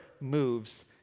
moves